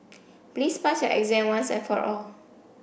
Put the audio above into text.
please pass your exam once and for all